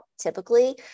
typically